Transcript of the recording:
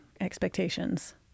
expectations